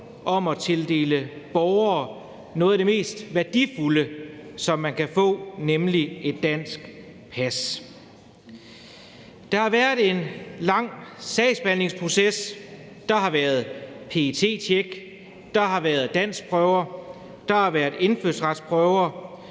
om at tildele borgere noget af det mest værdifulde, som man kan få, nemlig et dansk pas. Der har været en lang sagsbehandlingsproces, der har været PET-check, der har været danskprøver, der har været indfødsretsprøver,